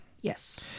yes